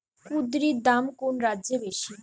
কুঁদরীর দাম কোন রাজ্যে বেশি?